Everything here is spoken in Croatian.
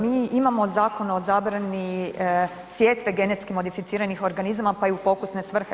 Mi imamo Zakon o zabrani sjetve genetski modificiranih organizama, pa i u pokusne svrhe.